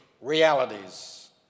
realities